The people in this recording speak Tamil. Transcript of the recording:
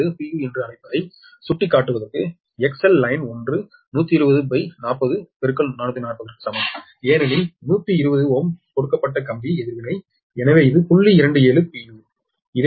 u என்று அழைப்பதை சுட்டிக்காட்டுவதற்கு XLine 112040 440 சமம் ஏனெனில் 120 Ω கொடுக்கப்பட்ட கம்பி எதிர்வினை எனவே இது 0